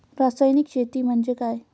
रासायनिक शेती म्हणजे काय?